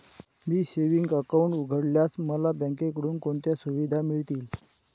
मी savings account उघडल्यास मला बँकेकडून कोणत्या सुविधा मिळतील?